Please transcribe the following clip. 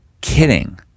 kidding